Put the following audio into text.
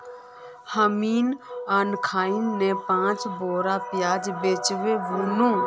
हामी अखनइ पांच बोरी प्याज बेचे व नु